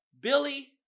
Billy